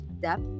depth